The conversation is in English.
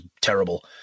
terrible